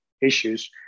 issues